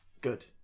good